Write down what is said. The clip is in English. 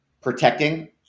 protecting